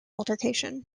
altercation